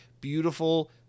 beautiful